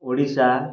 Odisha